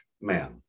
man